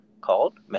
called